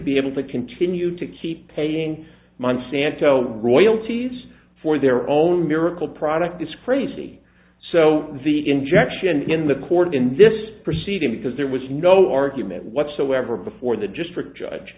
be able to continue to keep paying monsanto royalties for their own miracle product is crazy so the injection in the court in this proceeding because there was no argument whatsoever before the district judge